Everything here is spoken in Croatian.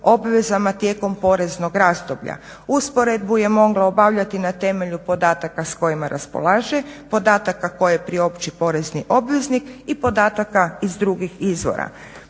obvezama tijekom poreznog razdoblja. Usporedbu je mogla obavljati na temelju podataka s kojima raspolaže, podataka koje priopći porezni obveznik i podataka iz drugih izvora.